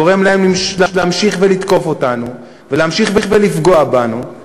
גורם להם להמשיך ולתקוף אותנו, להמשיך ולפגוע בנו.